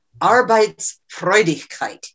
Arbeitsfreudigkeit